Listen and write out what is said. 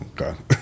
Okay